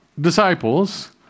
disciples